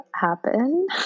happen